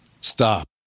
Stop